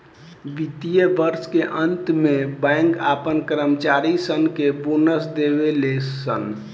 वित्तीय वर्ष के अंत में बैंक अपना कर्मचारी सन के बोनस देवे ले सन